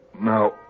Now